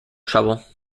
trouble